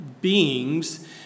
beings